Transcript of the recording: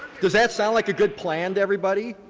does that sound like a good plan to everybody?